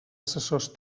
assessors